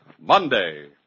Monday